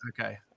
okay